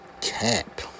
cap